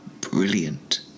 brilliant